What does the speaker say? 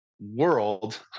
world